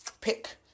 pick